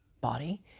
body